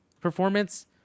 performance